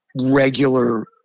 regular